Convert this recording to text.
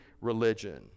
religion